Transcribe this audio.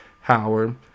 Howard